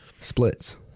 Splits